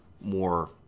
more